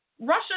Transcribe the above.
Russia